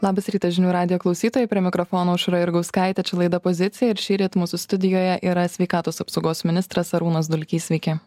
labas rytas žinių radijo klausytojai prie mikrofono aušra jurgauskaitė čia laida pozicija ir šįryt mūsų studijoje yra sveikatos apsaugos ministras arūnas dulkys sveiki